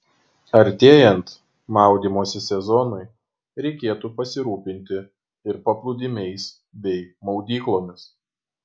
artėjant maudymosi sezonui reikėtų pasirūpinti ir paplūdimiais bei maudyklomis